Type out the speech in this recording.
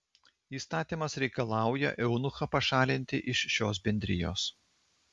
įstatymas reikalauja eunuchą pašalinti iš šios bendrijos